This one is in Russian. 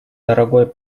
дорогой